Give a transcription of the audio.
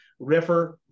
riffer